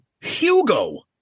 Hugo